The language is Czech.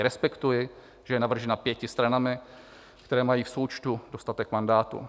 Respektuji, že je navržena pěti stranami, které mají v součtu dostatek mandátů.